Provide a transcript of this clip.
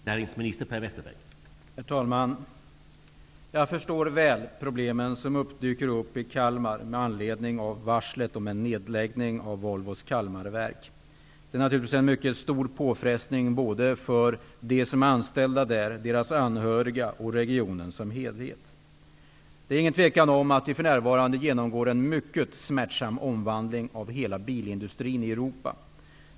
Herr talman! Jag förstår så väl de problem som dyker upp i Kalmar med anledning av varslet om en nedläggning av Volvo Kalmarverken. Det är naturligtvis en mycket stor påfrestning för de anställda och deras anhöriga samt för regionen som helhet. Det råder inget tvivel om att vi för närvarande genomgår en mycket smärtsam omvandling av hela den europeiska bilindustrin.